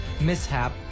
mishap